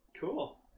Cool